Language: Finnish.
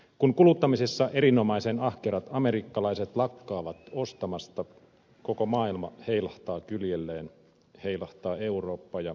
kun kuluttamisessa erinomaisen ahkerat amerikkalaiset lakkaavat ostamasta koko maailma heilahtaa kyljelleen heilahtaa eurooppa ja heilahtaa suomi